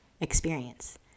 experience